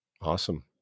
Awesome